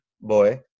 boy